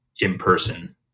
in-person